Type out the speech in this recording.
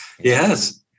Yes